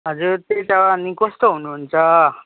हजुर त्यही त अनि कस्तो हुनुहुन्छ